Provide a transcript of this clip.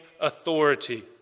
authority